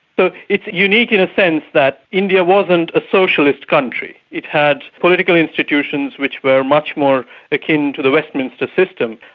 so it's unique in a sense that india wasn't a socialist country it had political institutions which were much more akin to the westminster system.